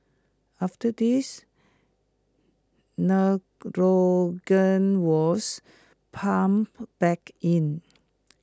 after this nitrogen was pumped back in